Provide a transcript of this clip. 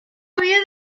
havia